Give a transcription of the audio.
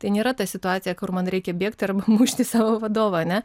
tai nėra ta situacija kur man reikia bėgti arba mušti savo vadovą ar ne